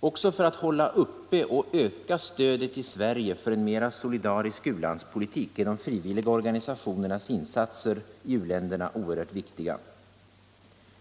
Också för att hålla uppe och öka stödet i Sverige för en mera solidarisk u-landspolitik är de frivilliga organisationernas insatser i u-länderna oerhört viktiga.